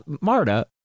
marta